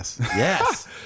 Yes